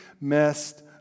messed